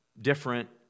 different